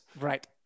Right